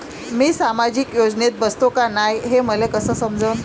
मी सामाजिक योजनेत बसतो का नाय, हे मले कस समजन?